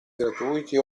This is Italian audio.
gratuiti